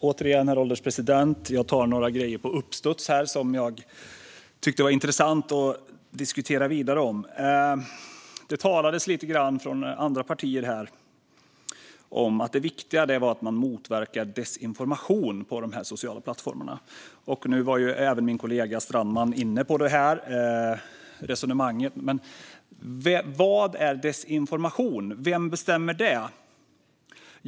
Herr ålderspresident! Jag tar några grejer på uppstuds som jag tycker är intressanta att diskutera vidare. Det talades här lite grann från andra partier om att det viktiga är att man motverkar desinformation på de sociala plattformarna. Även min kollega Strandman resonerade om detta. Vad är desinformation? Vem bestämmer det?